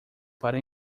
para